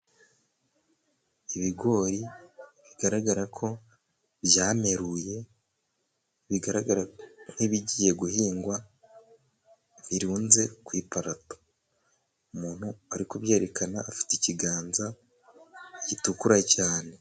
Ibigori bigaragara ko byameruye, bigaragara nk'ibigiye guhingwa, birunze ku iparato. Umuntu uri kubyerekana, afite ikiganza gitukura cyane.